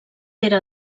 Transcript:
era